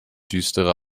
düstere